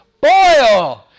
Boil